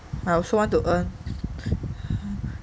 I also want to earn